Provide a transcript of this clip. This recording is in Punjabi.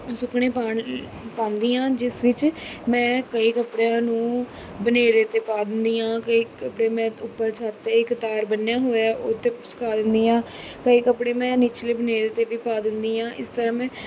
ਸੁੱਕਣੇ ਪਾਉਣ ਪਾਉਂਦੀ ਹਾਂ ਜਿਸ ਵਿੱਚ ਮੈਂ ਕਈ ਕੱਪੜਿਆਂ ਨੂੰ ਬਨੇਰੇ 'ਤੇ ਪਾ ਦਿੰਦੀ ਹਾਂ ਕਈ ਕੱਪੜੇ ਮੈਂ ਉੱਪਰ ਛੱਤ 'ਤੇ ਇੱਕ ਤਾਰ ਬੰਨ੍ਹਿਆ ਹੋਇਆ ਉਹ 'ਤੇ ਸੁਕਾ ਦਿੰਦੀ ਹਾਂ ਕਈ ਕੱਪੜੇ ਮੈਂ ਨਿਚਲੇ ਬਨੇਰੇ 'ਤੇ ਵੀ ਪਾ ਦਿੰਦੀ ਹਾਂ ਇਸ ਤਰ੍ਹਾਂ ਮੈਂ